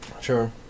Sure